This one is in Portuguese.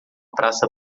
praça